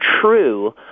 true